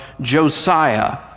Josiah